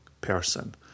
person